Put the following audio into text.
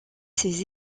ses